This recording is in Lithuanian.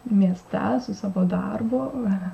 mieste su savo darbu